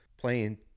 playing